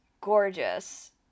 gorgeous